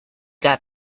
got